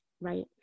right